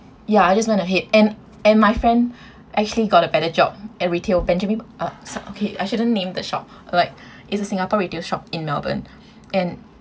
ya I just went ahead and and my friend actually got a better job at retail benjamin uh okay I shouldn't name the shop like is a singapore retail shop in melbourne and